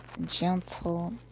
gentle